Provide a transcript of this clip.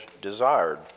desired